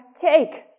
cake